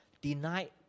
denied